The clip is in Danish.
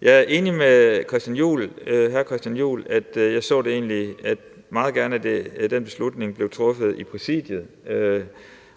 Jeg er enig med hr. Christian Juhl i, at jeg egentlig meget gerne så, at den beslutning blev truffet i Præsidiet